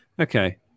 Okay